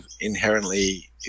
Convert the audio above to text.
inherently